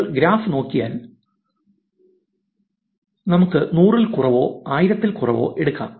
നിങ്ങൾ ഗ്രാഫ് നോക്കിയാൽ നമുക്ക് 100 ൽ കുറവോ 1000 ൽ കുറവോ എടുക്കാം